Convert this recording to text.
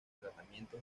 tratamiento